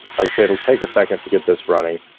like say it'll take a second to get this running